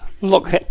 look